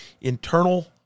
internal